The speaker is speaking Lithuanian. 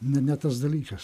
ne ne tas dalykas